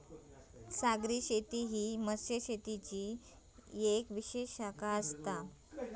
सागरी शेती ही मत्स्यशेतीचो येक विशेष शाखा आसा